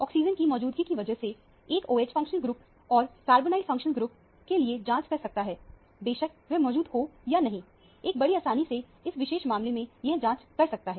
oxygen की मौजूदगी की वजह से एक OH फंक्शनल ग्रुप और कार्बोनाइल फंक्शनल ग्रुप के लिए जांच कर सकता है बेशक वह मौजूद हो या नहीं एक बड़ी आसानी से इस विशेष मामले में यह जांच कर सकता है